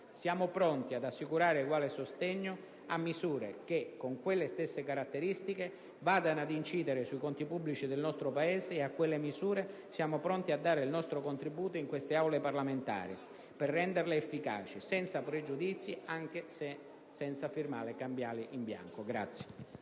Siamo pronti ad assicurare uguale sostegno a misure che, con quelle stesse caratteristiche, vadano ad incidere sui conti pubblici del nostro Paese e a quelle misure siamo pronti a dare il nostro contributo nelle Aule parlamentari, al fine di renderle efficaci. Senza pregiudizi, ma senza firmare cambiali in bianco.